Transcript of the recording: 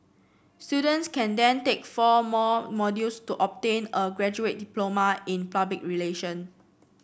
students can then take four more modules to obtain a graduate diploma in public relation